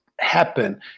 happen